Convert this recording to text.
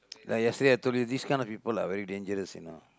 like yesterday I told you this kind of people are very dangerous you know